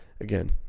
again